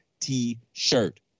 t-shirt